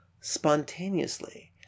spontaneously